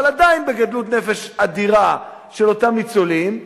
אבל עדיין בגדלות נפש אדירה של אותם ניצולים,